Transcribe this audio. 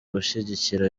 gushyigikira